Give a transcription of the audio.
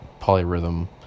polyrhythm